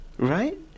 right